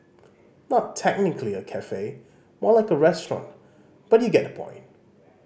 not technically a cafe more like a restaurant but you get the point